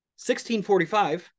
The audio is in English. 1645